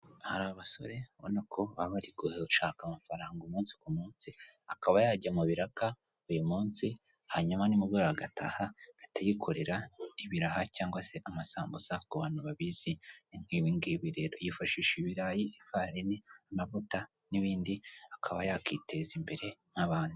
Hari abasore ubona ko baba bari gushaka amafaranga umunsi ku munsi, akaba yajya mu biraka uyu munsi, hanyuma nimugoroba agataha agahita yikorera ibiraha cyangwag se amasambusa ku bantu babizi ni nk'ibi ngibi rero. Yifashisha ibirayi, ifarini, amavuta n'ibindi akaba yakwiteza imbere nk'abandi.